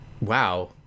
Wow